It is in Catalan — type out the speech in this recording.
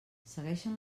segueixen